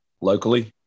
locally